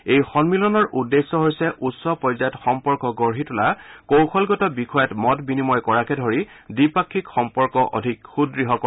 এই সন্মিলনৰ উদ্দেশ্য হৈছে উচ্চ পৰ্যায়ত সম্পৰ্ক গঢ়ি তোলা কৌশলগত বিষয়ত মত বিনিময় কৰাকে ধৰি দ্বিপাক্ষিক সম্পৰ্ক অধিক সুদ্য় কৰা